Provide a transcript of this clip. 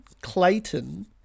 Clayton